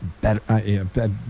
better